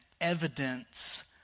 evidence